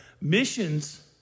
missions